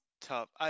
tough